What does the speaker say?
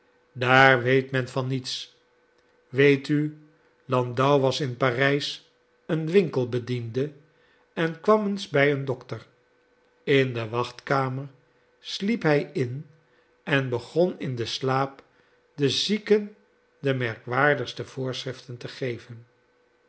daar weet men van niets weet u landau was in parijs een winkelbediende en kwam eens bij een dokter in de wachtkamer sliep hij in en begon in den slaap de zieken de merkwaardigste voorschriften te geven